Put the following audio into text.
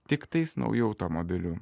tiktais naujų automobilių